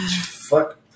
fuck